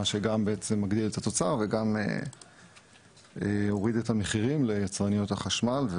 מה שבעצם גם הגדיל את התוצר וגם הוריד את המחירים ליצרניות החשמל.